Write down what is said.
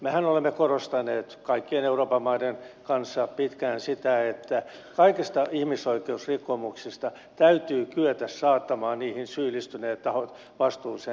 mehän olemme korostaneet kaikkien euroopan maiden kanssa pitkään sitä että kaikista ihmisoikeusrikkomuksista täytyy kyetä saattamaan niihin syyllistyneet tahot vastuuseen